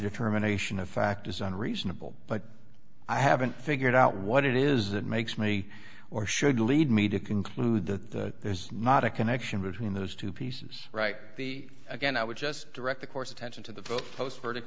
determination of fact is unreasonable but i haven't figured out what it is that makes me or should lead me to conclude that there's not a connection between those two pieces right the again i would just direct the course attention to the post verdict